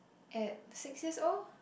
at six years old